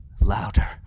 louder